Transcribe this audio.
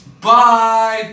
Bye